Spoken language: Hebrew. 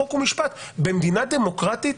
חוק ומשפט במדינה דמוקרטית,